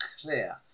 clear